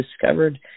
discovered